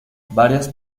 varias